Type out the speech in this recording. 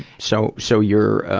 so, so you're,